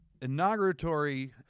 inauguratory